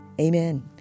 Amen